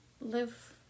live